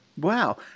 Wow